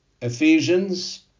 Ephesians